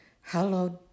hallowed